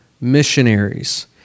missionaries